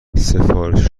سفارش